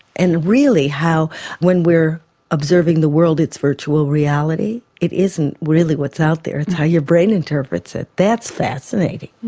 and really how when we're observing the world it's virtual reality, it isn't really what's out there, it's how your brain interprets it that's fascinating.